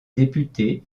députée